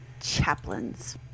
chaplains